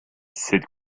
cette